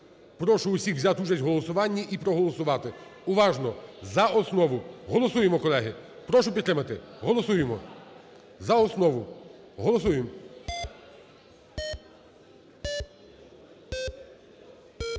Прошу всіх взяти участь в голосуванні і проголосувати уважно за основу. Голосуємо, колеги. Прошу підтримати. Голосуємо за основу. Голосуємо. 13:41:25